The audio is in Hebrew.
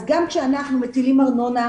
גם כשאנחנו מטילים ארנונה,